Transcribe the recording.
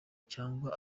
cyangwa